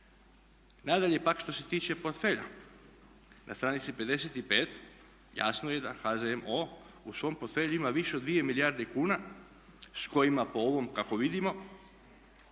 Nadalje, što se tiče portfelja na stranici 55. jasno je da HZMO u svom portfelju ima više od 2 milijarde kuna s kojima po ovom kako vidimo